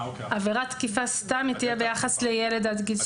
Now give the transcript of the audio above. עבירת תקיפה סתם תהיה ביחס לילד עד גיל שש.